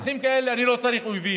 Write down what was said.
עם אחים כאלה אני לא צריך אויבים.